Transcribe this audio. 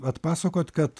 atpasakot kad